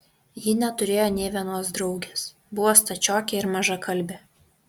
ji neturėjo nė vienos draugės buvo stačiokė ir mažakalbė